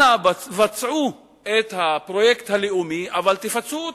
אנא בצעו את הפרויקט הלאומי, אבל תפצו אותי,